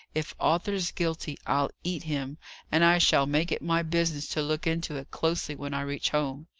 if arthur's guilty, i'll eat him and i shall make it my business to look into it closely when i reach home.